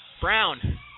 Brown